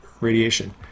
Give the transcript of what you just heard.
radiation